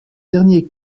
dernier